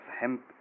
hemp